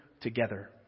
together